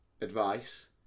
advice